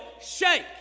shake